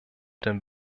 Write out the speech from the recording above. den